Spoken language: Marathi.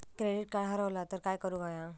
क्रेडिट कार्ड हरवला तर काय करुक होया?